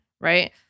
right